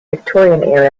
victorian